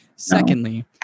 Secondly